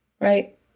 Right